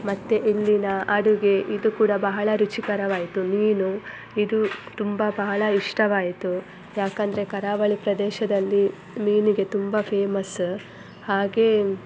ಮತ್ತೆ ಇಲ್ಲಿನ ಅಡುಗೆ ಇದು ಕೂಡ ಬಹಳ ರುಚಿಕರವಾಯಿತು ಮೀನು ಇದು ತುಂಬ ಬಹಳ ಇಷ್ಟವಾಯಿತು ಯಾಕಂದರೆ ಕರಾವಳಿ ಪ್ರದೇಶದಲ್ಲಿ ಮೀನಿಗೆ ತುಂಬ ಫೇಮಸ್ಸ ಹಾಗೆ